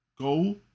go